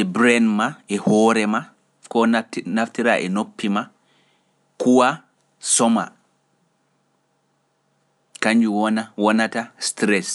e brain maa e hoore maa, koo naftira e noppi maa kuwaa, somaa, kannjum wonata stress.